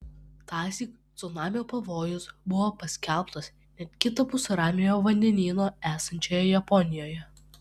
tąsyk cunamio pavojus buvo paskelbtas net kitapus ramiojo vandenyno esančioje japonijoje